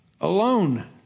alone